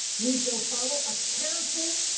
we shall follow a careful,